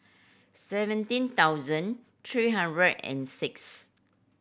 seventeen thousand three hundred and six